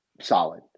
solid